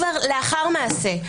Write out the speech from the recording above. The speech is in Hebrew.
לאחר מעשה.